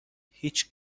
هیچ